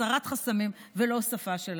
הסרת חסמים ולא הוספה שלהם,